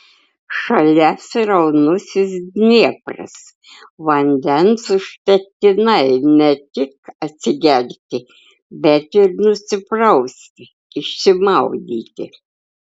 šalia sraunusis dniepras vandens užtektinai ne tik atsigerti bet ir nusiprausti išsimaudyti